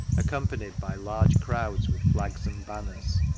accompanied by large crowds with flags and banners.